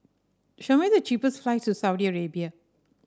show me the cheapest flights to Saudi Arabia